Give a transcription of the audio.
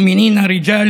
אמת.